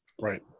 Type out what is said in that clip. right